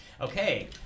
okay